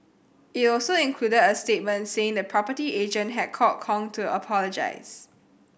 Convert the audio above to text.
it also included a statement saying the property agent had called Kong to apologise